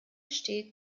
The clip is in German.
steht